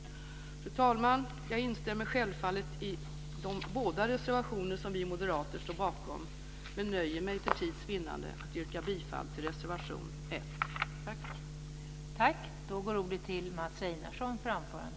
Fru talman! Jag instämmer självfallet i båda de reservationer som vi moderater står bakom, men jag nöjer mig för tids vinnande med att yrka bifall till reservation 1.